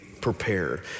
prepared